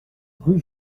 rue